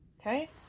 Okay